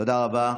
תודה רבה.